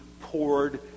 poured